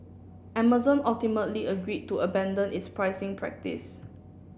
Amazon ultimately agreed to abandon its pricing practice